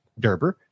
Derber